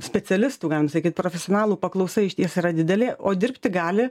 specialistų galim sakyt profesionalų paklausa išties yra didelė o dirbti gali